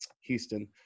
houston